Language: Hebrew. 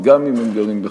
גם אם הם גרים בחו"ל.